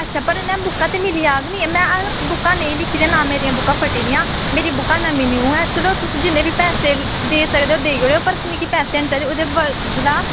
अच्छा पर इंया बुक्कां ते मिली जाह्ग निं ते बुक्कां ना मेरियां बुक्कां फट्टी दियां मेरियां बुक्कां नमीं न्यी ऐ ते चलो तुस जिन्ने बी पैसे देई सकदे देई ओड़ेओ पर मिगी पैसे ऐनी चाहिदे ओह्दी जगह